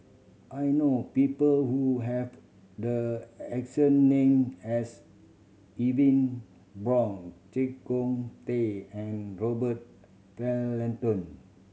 I know people who have the exact name as Brown Chee Kong Tet and Robert